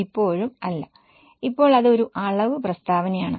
ഇപ്പോഴും അല്ല ഇപ്പോൾ അത് ഒരു അളവ് പ്രസ്താവനയാണ്